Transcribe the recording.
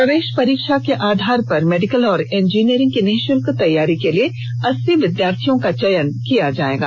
प्रवेश परीक्षा के आधार पर मेडिकल और इंजीनियरिंग की निःशुल्क तैयारी के लिए अस्सी विद्यार्थियों का चयन किया जाएगा